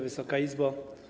Wysoka Izbo!